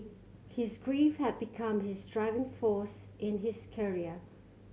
his grief had become his driving force in his career